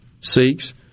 seeks